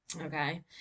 Okay